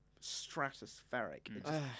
stratospheric